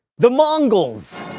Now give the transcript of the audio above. the mongols.